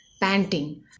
panting